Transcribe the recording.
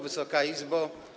Wysoka Izbo!